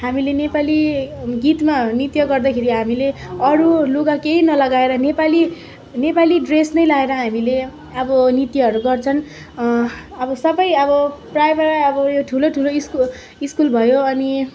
हामीले नेपाली गीतमा नृत्य गर्दाखेरि हामीले अरू लुगा केही नलगाएर नेपाली नेपाली ड्रेस नै लगाएर हामीले अब नृत्यहरू गर्छन् अब सबै अब प्रायः प्रायः अब ठुलो ठुलो स्कु स्कुल भयो अनि